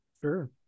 Sure